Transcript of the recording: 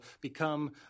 become